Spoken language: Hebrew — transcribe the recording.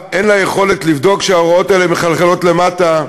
אין יכולת לבדוק שההוראות האלה מחלחלות למטה.